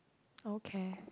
okay